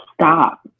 stop